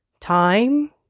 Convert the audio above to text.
Time